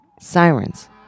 Sirens